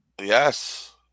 Yes